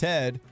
Ted